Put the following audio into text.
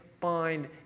find